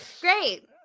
Great